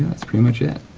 that's pretty much it.